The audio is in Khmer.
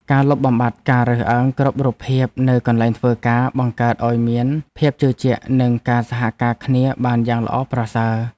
ការលុបបំបាត់ការរើសអើងគ្រប់រូបភាពនៅកន្លែងធ្វើការបង្កើតឱ្យមានភាពជឿជាក់ និងការសហការគ្នាបានយ៉ាងល្អប្រសើរ។